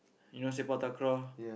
you know Sepak-Takraw